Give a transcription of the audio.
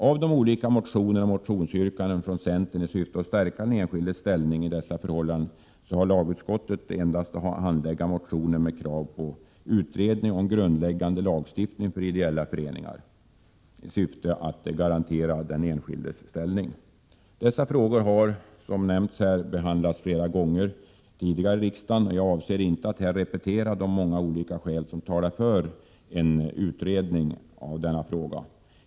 , Av de olika motioner och motionsyrkanden som centern har väckt i syfte att stärka den enskildes ställning i dessa förhållanden har lagutskottet endast att handlägga motioner med krav på utredning om grundläggande lagstiftning för ideella föreningar i syfte att garantera den enskildes ställning. Dessa frågor har behandlats flera gånger tidigare i riksdagen, och jag avser inte att här repetera de många olika skäl som talar för en utredning.